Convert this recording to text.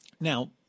Now